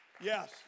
Yes